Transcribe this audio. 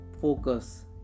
Focus